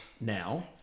now